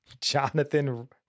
Jonathan